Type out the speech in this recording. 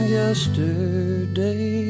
yesterday